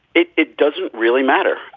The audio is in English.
it it doesn't really matter.